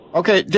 okay